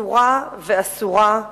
אסורה ואסורה,